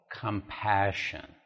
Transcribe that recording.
compassion